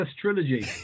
trilogy